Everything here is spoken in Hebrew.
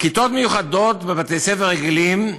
כיתות מיוחדות בבתי-ספר רגילים,